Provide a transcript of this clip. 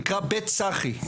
נקרא בית צחי.